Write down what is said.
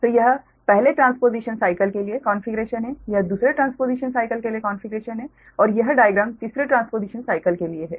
तो यह पहले ट्रांसपोजिशन साइकल के लिए कॉन्फ़िगरेशन है यह दूसरे ट्रांसपोजिशन साइकल के लिए कॉन्फ़िगरेशन है और यह आरेख तीसरे ट्रांसपोजिशन साइकल के लिए है